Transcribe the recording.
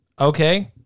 okay